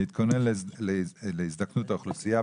על מנת להתכונן להזדקנות האוכלוסייה,